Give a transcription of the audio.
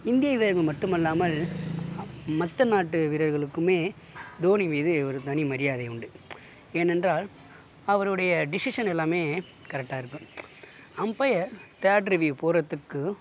இந்திய வீரர்கள் மட்டும் அல்லாமல் மற்ற நாட்டு வீரர்களுக்குமே தோனி மீது ஒரு தனி மரியாதை உண்டு ஏனென்றால் அவருடைய டிஷிஷன் எல்லாமே கரெக்டாக இருக்கும் அம்பயர் தேர்ட் ரிவ்யூ போகிறத்துக்கு